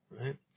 Right